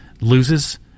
loses